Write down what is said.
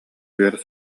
үөр